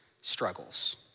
struggles